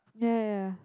ya ya ya